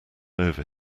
over